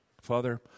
Father